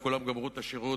וכולם גמרו את השירות,